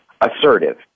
assertive